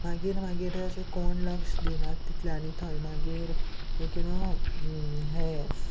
मागीर मागीर अशें कोण लक्ष दिनात तितलें आनी थंय मागीर लायक यू नो हे